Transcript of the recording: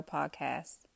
Podcast